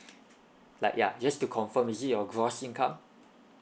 like yeah just to confirm is it your gross income